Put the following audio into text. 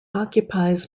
occupies